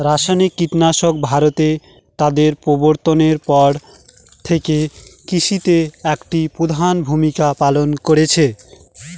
রাসায়নিক কীটনাশক ভারতে তাদের প্রবর্তনের পর থেকে কৃষিতে একটি প্রধান ভূমিকা পালন করেছে